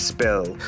Spill